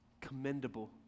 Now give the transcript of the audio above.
commendable